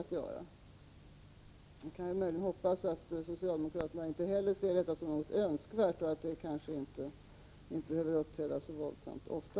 Vi kan möjligen hoppas att socialdemokraterna inte heller ser detta som något önskvärt och att det kanske inte behöver uppträda så våldsamt ofta.